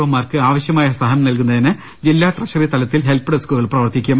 O മാർക്ക് ആവശ്യമായ സഹായം നൽകുന്നതിന് ജില്ലാ ട്രിഷറി തലത്തിൽ ഹെൽ പ് ഡെയ്കുകൾ പ്രവർത്തിക്കും